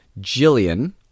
Jillian